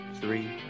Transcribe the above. three